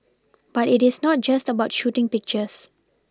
but it is not just about shooting pictures